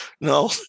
no